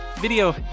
video